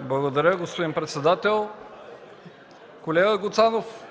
Благодаря, господин председател. Колега Гуцанов,